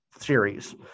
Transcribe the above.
series